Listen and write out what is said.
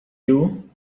you